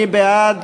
מי בעד?